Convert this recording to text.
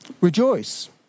Rejoice